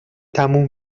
تموم